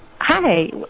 Hi